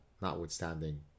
notwithstanding